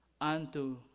unto